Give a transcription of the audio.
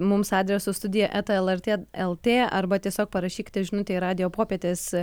mums adresu studija eta lrt lt arba tiesiog parašykite žinutę į radijo popietės